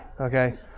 Okay